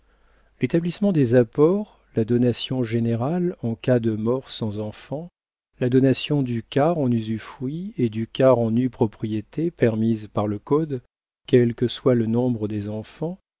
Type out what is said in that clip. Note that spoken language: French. l'établissement des apports la donation générale en cas de mort sans enfants la donation du quart en usufruit et du quart en nue propriété permise par le code quel que soit le nombre des enfants